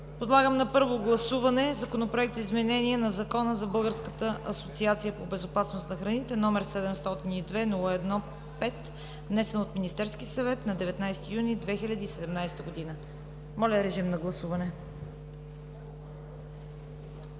Подлагам на първо гласуване Законопроект за изменение на Закона за Българската асоциация по безопасност на храните, № 702-01-5, внесен от Министерския съвет, на 19 юни 2017 г. Гласували